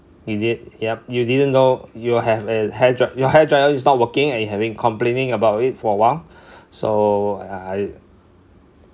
is it yup you didn't know you'll have a hairdryer your hairdryer is not working and you have been complaining about it for a while so I